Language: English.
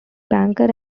banker